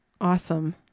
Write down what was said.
awesome